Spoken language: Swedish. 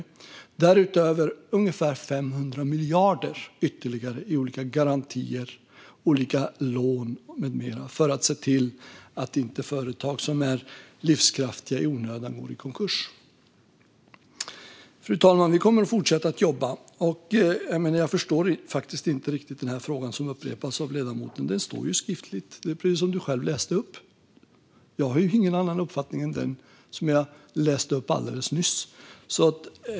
Därtill kommer ungefär 500 miljarder ytterligare i olika garantier, lån med mera för att se till att företag som är livskraftiga inte i onödan går i konkurs. Fru talman! Vi kommer att fortsätta att jobba. Jag förstår faktiskt inte riktigt den fråga som upprepas av ledamoten. Det är precis som ledamoten själv läste upp; jag har ingen annan uppfattning än den jag uttryckte alldeles nyss.